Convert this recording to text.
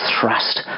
thrust